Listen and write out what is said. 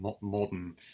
modern